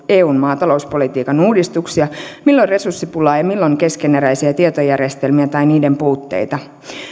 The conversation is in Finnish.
eun maatalouspolitiikan uudistuksia milloin resurssipulaa ja milloin keskeneräisiä tietojärjestelmiä tai niiden puutteita